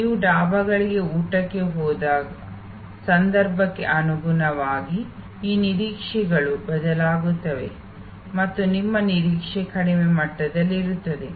ನೀವು ಡಾಬಾಗಳಿಗೆ ಊಟಕ್ಕೆ ಹೋದಾಗ ಸಂದರ್ಭಕ್ಕೆ ಅನುಗುಣವಾಗಿ ಈ ನಿರೀಕ್ಷೆಗಳು ಬದಲಾಗುತ್ತವೆ ಮತ್ತು ನಿಮ್ಮ ನಿರೀಕ್ಷೆ ಕಡಿಮೆ ಮಟ್ಟದಲ್ಲಿರುತ್ತದೆ